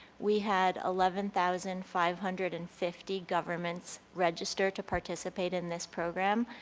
we had eleven thousand five hundred and fifty governments register to participate in this program,